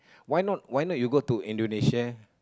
why not why not you go to Indonesia